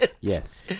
Yes